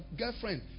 girlfriend